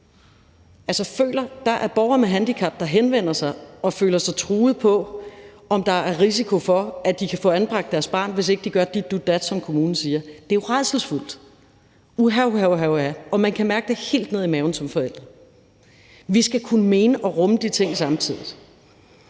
Der er borgere med handicap, der henvender sig og føler sig truet af, at der er risiko for, at de kan få anbragt deres barn, hvis ikke de gør dit, dut eller dat, som kommunen siger. Det er jo rædselsfuldt – uha, uha – og man kan mærke det helt ned i maven som forælder. Vi skal kunne mene og rumme de ting samtidig.